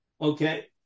Okay